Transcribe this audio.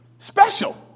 Special